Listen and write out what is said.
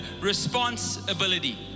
responsibility